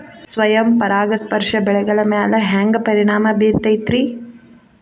ಸ್ವಯಂ ಪರಾಗಸ್ಪರ್ಶ ಬೆಳೆಗಳ ಮ್ಯಾಲ ಹ್ಯಾಂಗ ಪರಿಣಾಮ ಬಿರ್ತೈತ್ರಿ?